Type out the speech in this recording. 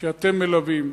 שאתם מלווים.